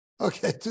Okay